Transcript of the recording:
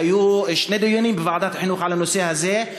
היו שני דיונים בוועדת החינוך בנושא הזה.